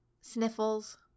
sniffles